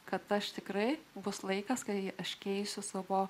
kad aš tikrai bus laikas kai aš keisiu savo